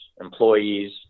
employees